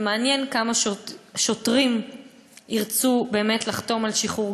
ומעניין כמה שוטרים ירצו באמת לחתום על שחרור